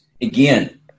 again